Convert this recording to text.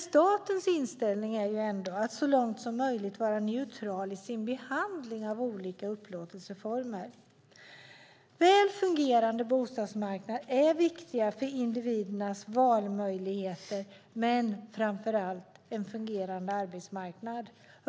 Statens inställning är ändå att så långt som möjligt vara neutral i sin behandling av olika upplåtelseformer. Väl fungerande bostadsmarknader är viktiga för individernas valmöjligheter men framför allt för en fungerande arbetsmarknad.